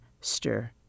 stir